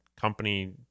company